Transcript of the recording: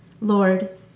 Lord